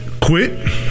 quit